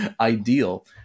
ideal